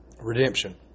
redemption